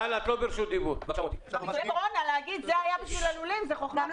זה חוכמה מאוד קטנה להגיד שפיצויי הקורונה הם בשביל הלולים.